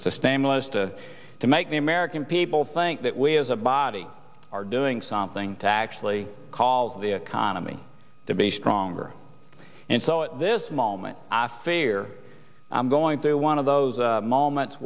aimless to to make the american people think that we as a body are doing something to actually call the economy to be stronger and so at this moment i fear i'm going through one of those moments